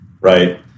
right